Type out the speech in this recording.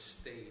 state